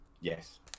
Yes